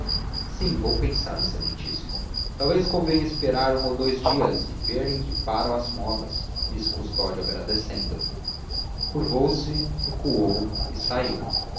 sim vou pensar excelentíssimo talvez convenha esperar um ou dous dias a ver em que param as modas disse custódio agradecendo curvou-se recuou e saiu